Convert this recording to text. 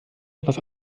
was